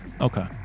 Okay